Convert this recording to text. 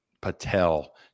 Patel